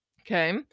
okay